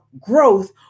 growth